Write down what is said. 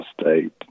State